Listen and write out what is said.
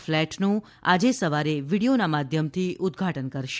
ફ્લેટનું આજે સવારે વીડિયોના માધ્યમથી ઉદઘાટન કરશે